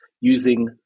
using